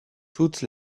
toutes